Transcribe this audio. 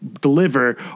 deliver